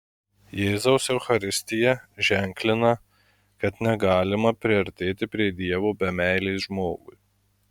jėzaus eucharistija ženklina kad negalima priartėti prie dievo be meilės žmogui